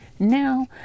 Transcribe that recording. Now